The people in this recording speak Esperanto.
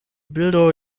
bildo